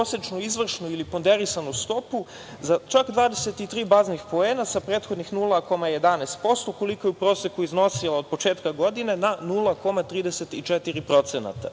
izvršnu ili ponderisanu stopu za čak 23 baznih poena sa prethodnih 0,11%, koliko je u proseku iznosila od početka godine, na 0,34%.